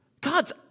God's